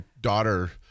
daughter